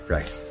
Right